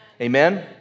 Amen